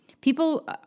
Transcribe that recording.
people